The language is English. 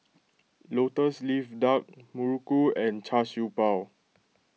Lotus Leaf Duck Muruku and Char Siew Bao